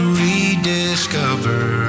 rediscover